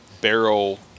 barrel